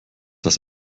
das